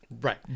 Right